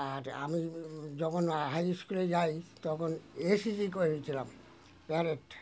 আর আমি যখন হাই স্কুলে যাই তখন করেছিলাম ডাইরেক্ট